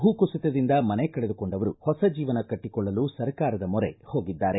ಭೂಕುಸಿತದಿಂದ ಮನೆ ಕಳೆದುಕೊಂಡವರು ಹೊಸ ಜೀವನ ಕಟ್ನಕೊಳ್ಳಲು ಸರ್ಕಾರದ ಮೊರೆ ಹೋಗಿದ್ದಾರೆ